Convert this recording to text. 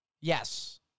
Yes